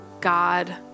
God